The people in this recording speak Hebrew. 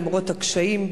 למרות הקשיים.